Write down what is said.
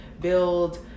build